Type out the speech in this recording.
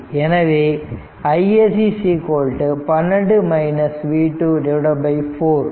எனவே iSC 12 v 2 4